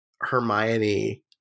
hermione